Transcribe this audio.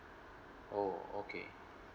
oh okay